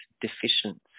deficiency